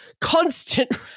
constant